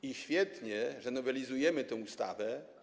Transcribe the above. I świetnie, że nowelizujemy tę ustawę.